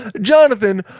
Jonathan